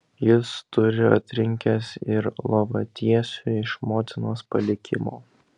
jis turi atrinkęs ir lovatiesių iš motinos palikimo